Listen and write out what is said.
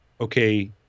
okay